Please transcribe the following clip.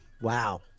wow